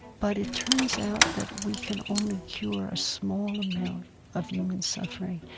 but it turns out that we can only cure a small amount of human suffering.